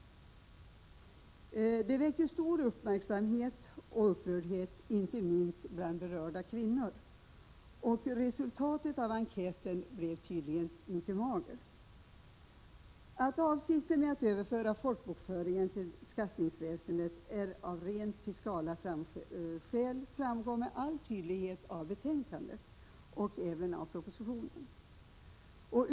Detta väckte stor uppmärksamhet och upprördhet, inte minst bland de berörda kvinnorna, och resultatet av enkäten blev tydligen magert. Att avsikten med att överföra folkbokföringen till beskattningsväsendet har att göra med rent fiskala skäl framgår med all tydlighet av både betänkande och proposition.